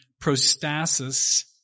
prostasis